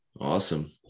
awesome